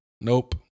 Nope